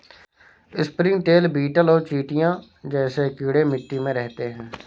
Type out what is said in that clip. springtail, beetle और चींटियां जैसे कीड़े मिट्टी में रहते हैं